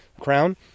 crown